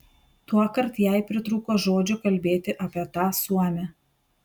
tuokart jai pritrūko žodžių kalbėti apie tą suomę